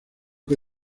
que